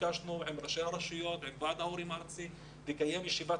ביקשנו עם ראשי הרשויות וועד ההורים הארצי לקיים ישיבת